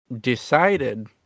decided